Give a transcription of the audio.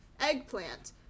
Eggplant